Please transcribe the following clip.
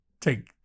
take